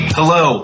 Hello